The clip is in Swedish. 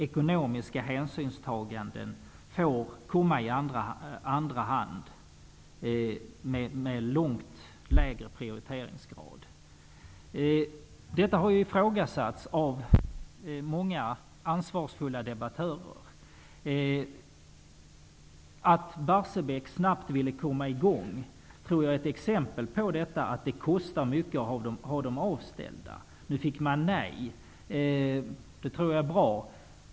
Ekonomiska hänsynstaganden får komma i andra hand med lägre prioriteringsgrad. Detta har ifrågasatts av många ansvarsfulla debattörer. Det faktum att man vid Barsebäck snabbt ville få i gång reaktorerna tror jag är ett exempel på att det kostar mycket att ha reaktorerna avstängda. Nu blev det ett nej, och det tror jag är bra.